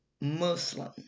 Muslim